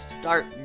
start